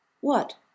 What